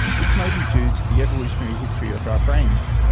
this may be due to the evolutionary history of our brains,